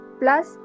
plus